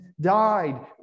died